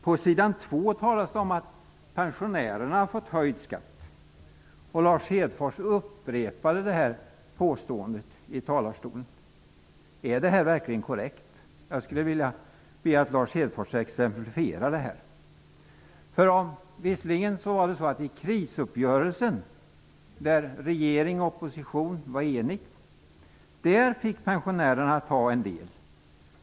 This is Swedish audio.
På s. 2 talas det om att pensionärerna har fått höjd skatt. Lars Hedfors upprepade det påståendet. Är det verkligen korrekt? Jag skulle vilja att Lars Hedfors exemplifierar det. I krisuppgörelsen, där regering och opposition var eniga, fick pensionärerna ta en del.